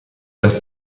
dass